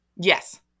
yes